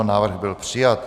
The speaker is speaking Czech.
Návrh byl přijat.